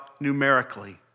numerically